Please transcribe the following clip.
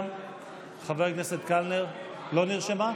חבר הכנסת קלנר, לא נרשמה?